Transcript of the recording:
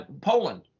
Poland